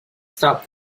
stop